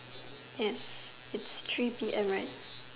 yes it's three P_M right